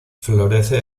florece